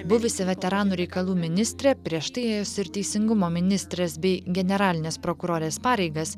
buvusi veteranų reikalų ministrė prieš tai ėjusi ir teisingumo ministrės bei generalinės prokurorės pareigas